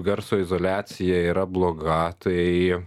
garso izoliacija yra bloga tai